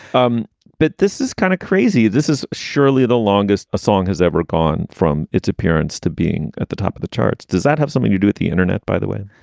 um but this is kind of crazy. this is surely the longest a song has ever gone from its appearance to being at the top of the charts. does that have something to do with the internet, by the way?